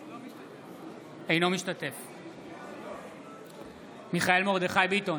אינו משתתף בהצבעה מיכאל מרדכי ביטון,